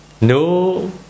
no